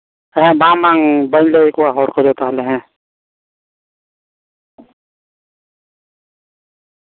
ᱦᱮᱸ ᱵᱟᱝ ᱵᱟᱝ ᱵᱟᱹᱧ ᱞᱟᱹᱭᱟᱠᱚᱣᱟ ᱦᱚᱲ ᱠᱚᱫᱚ ᱛᱟᱦᱚᱞᱮ ᱦᱮᱸ